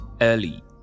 early